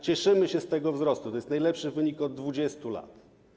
Cieszymy się z tego wzrostu, to jest najlepszy wynik od 20 lat.